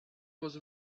was